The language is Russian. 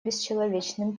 бесчеловечным